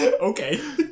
Okay